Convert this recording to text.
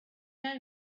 know